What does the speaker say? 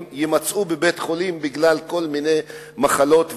יימצאו בבית-חולים בגלל כל מיני מחלות וזיהומים.